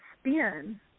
spin